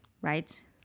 right